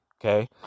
Okay